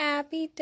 Abby